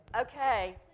Okay